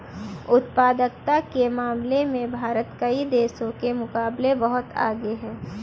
उत्पादकता के मामले में भारत कई देशों के मुकाबले बहुत आगे है